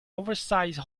oversize